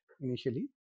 initially